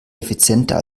effizienter